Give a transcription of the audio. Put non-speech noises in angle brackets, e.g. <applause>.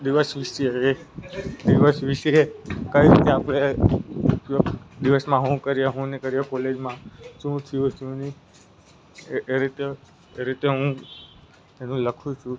દિવસ વિશે દિવસ વિશે કઈ રીતે આપણે <unintelligible> દિવસમાં શું કરીએ શું ન કરીએ કોલેજમાં શું થયું શું નહીં એ એ રીતે એ રીતે હું લખું છું